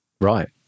Right